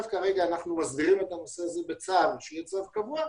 אנחנו מסבירים את הנושא בצו שיהיה צו קבוע.